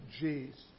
Jesus